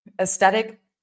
Aesthetic